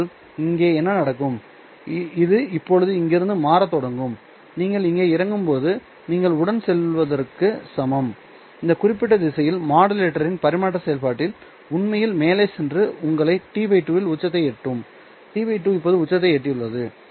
இதேபோல் இங்கே என்ன நடக்கும் இது இப்போது இங்கிருந்து மாறத் தொடங்கும் நீங்கள் இங்கே இறங்கும்போது நீங்கள் உடன் செல்வதற்கு சமம் இந்த குறிப்பிட்ட திசையில் மாடுலேட்டரின் பரிமாற்ற செயல்பாட்டில் உண்மையில் மேலே சென்று உங்களை T 2 இல் உச்சத்தை எட்டும் T 2 இப்போது உச்சத்தை எட்டியுள்ளது